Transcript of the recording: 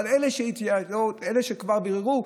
אבל אלה שכבר ביררו,